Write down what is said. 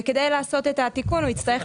וכדי לעשות את התיקון הוא יצטרך לעשות